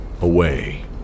Away